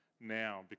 now